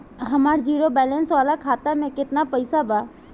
हमार zero balance वाला खाता में केतना पईसा बा?